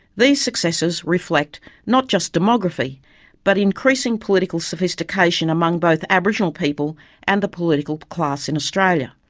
these successes reflect not just demography but increasing political sophistication among both aboriginal people and the political class in australia.